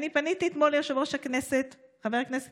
פניתי אתמול ליושב-ראש הכנסת חבר הכנסת